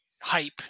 hype